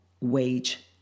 wage